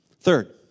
Third